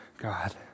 God